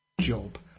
job